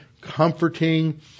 comforting